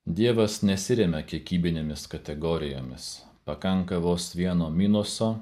dievas nesiremia kiekybinėmis kategorijomis pakanka vos vieno minuso